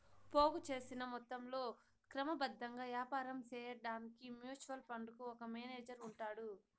పోగు సేసిన మొత్తంలో క్రమబద్ధంగా యాపారం సేయడాన్కి మ్యూచువల్ ఫండుకు ఒక మేనేజరు ఉంటాడు